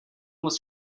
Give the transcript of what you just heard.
was